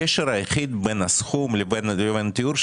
הקשר היחיד בין הסכום לבין התיאור,